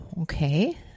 Okay